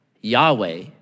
Yahweh